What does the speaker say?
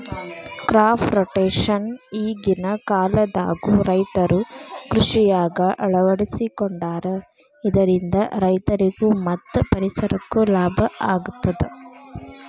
crop rotation ಈಗಿನ ಕಾಲದಾಗು ರೈತರು ಕೃಷಿಯಾಗ ಅಳವಡಿಸಿಕೊಂಡಾರ ಇದರಿಂದ ರೈತರಿಗೂ ಮತ್ತ ಪರಿಸರಕ್ಕೂ ಲಾಭ ಆಗತದ